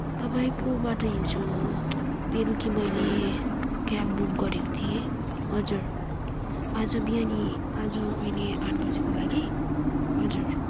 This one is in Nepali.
तपाईँकोबाट हिजो बेलुकी मैले क्याब बुक गरेको थिएँ हजुर आज बिहान आज अहिले आठ बजेको लागि हजुर